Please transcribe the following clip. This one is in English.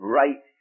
right